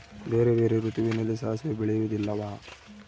ಬೇರೆ ಬೇರೆ ಋತುವಿನಲ್ಲಿ ಸಾಸಿವೆ ಬೆಳೆಯುವುದಿಲ್ಲವಾ?